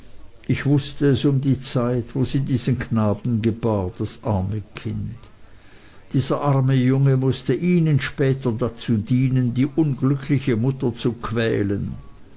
ich wußte es um die zeit wo sie diesen knaben gebar das arme kind dieser arme junge mußte ihnen später dazu dienen die unglückliche mutter zu quälen